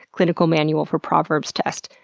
clinical manual for proverbs test,